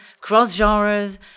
cross-genres